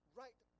right